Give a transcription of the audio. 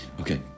Okay